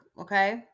Okay